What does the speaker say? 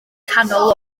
canol